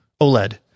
OLED